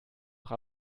noch